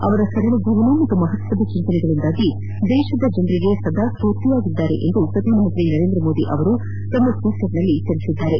ಅವರ ಸರಳ ಜೀವನ ಹಾಗೂ ಮಹತ್ತರ ಚಿಂತನೆಗಳಿಂದಾಗಿ ದೇಶದ ಜನರಿಗೆ ಸದಾ ಸ್ವೂರ್ತಿಯಾಗಿದ್ದಾರೆಂದು ಪ್ರಧಾನಮಂತ್ರಿ ನರೇಂದ್ರಮೋದಿ ತಮ್ಮ ಟ್ವೀಟ್ನಲ್ಲಿ ತಿಳಿಸಿದ್ದಾರೆ